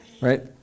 right